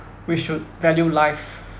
we should value life